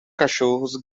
cachorros